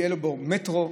יהיה בו מטרו,